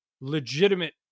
legitimate